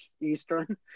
Eastern